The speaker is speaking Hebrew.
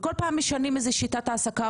וכל פעם משנים איזו שהיא שיטת העסקה,